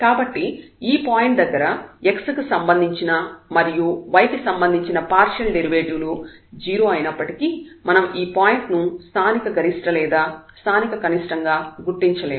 కాబట్టి ఈ పాయింట్ దగ్గర x కి సంబంధించిన మరియు y కి సంబంధించిన పార్షియల్ డెరివేటివ్ లు 0 అయినప్పటికీ మనం ఈ పాయింట్ ను స్థానిక గరిష్ట లేదా స్థానిక కనిష్టంగా గుర్తించలేము